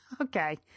okay